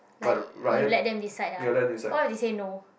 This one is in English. like you let them decide ah what if they say no